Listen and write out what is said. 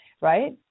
right